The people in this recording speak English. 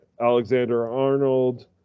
Alexander-Arnold